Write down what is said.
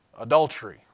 Adultery